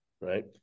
right